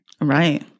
Right